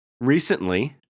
recently